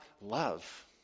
love